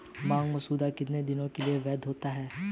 मांग मसौदा कितने दिनों के लिए वैध होता है?